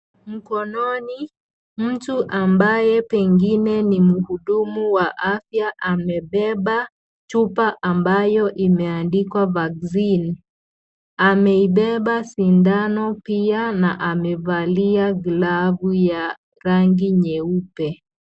Mkononi mtu ambaye pengine ni mhudumu wa afya amebeba, chupa ambayo imeandikwa vaccine . Ameibeba sindano pia amevalia glavu ya rangi nyeupe.